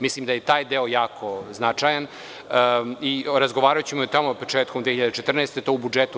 Mislim da je taj deo jako značajan i razgovaraćemo o tome početkom 2014. godine.